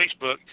Facebook